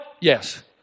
Yes